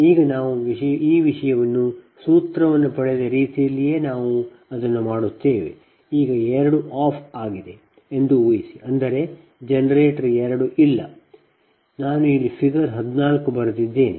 ಈಗ ನಾವು ಈ ವಿಷಯವನ್ನು ಸೂತ್ರವನ್ನು ಪಡೆದ ರೀತಿಯಲ್ಲಿಯೇ ನಾವು ಅದನ್ನು ಮಾಡುತ್ತೇವೆ ಈಗ 2 ಆಫ್ ಆಗಿದೆ ಎಂದು ಊಹಿಸಿ ಅಂದರೆ ಈ ಜನರೇಟರ್ 2 ಇಲ್ಲ ನಾನು ಇಲ್ಲಿ ಫಿಗರ್ 14 ಬರೆದಿದ್ದೇನೆ